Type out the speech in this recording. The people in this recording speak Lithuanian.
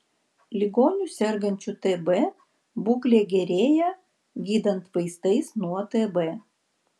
ligonių sergančių tb būklė gerėja gydant vaistais nuo tb